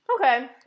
okay